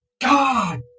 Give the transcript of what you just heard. God